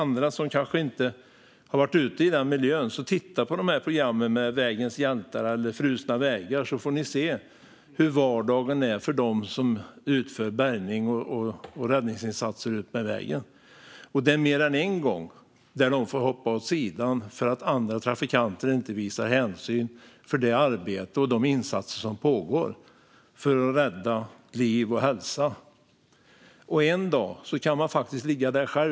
Ni som kanske inte har varit ute i den miljön kan titta på Vägens hjältar eller Frusna vägar så får ni se hur vardagen är för dem som utför bärgning och räddningsinsatser utmed vägen. Det är mer än en gång de får hoppa åt sidan för att andra trafikanter inte visar hänsyn till det arbete och de insatser som pågår för att rädda liv och hälsa. En dag kan man faktiskt ligga där själv.